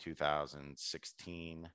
2016